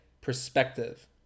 perspective